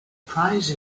prize